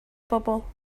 bobol